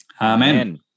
Amen